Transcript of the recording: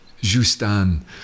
Justin